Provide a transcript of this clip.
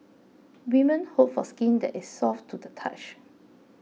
women hope for skin that is soft to the touch